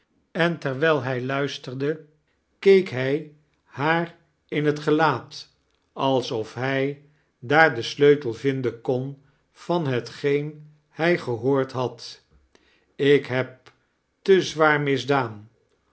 en terwijl hij luisterde keek hij haar in het gelaat alsof hij daar den sleutel vinden kon van hetgeen hrj gehoord had ik heb te zwaar misdaan